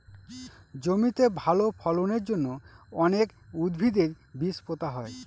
জমিতে ভালো ফলনের জন্য অনেক উদ্ভিদের বীজ পোতা হয়